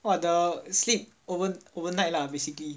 !wah! the sleep over overnight lah basically